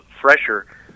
fresher